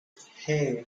hey